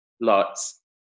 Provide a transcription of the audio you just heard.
Lots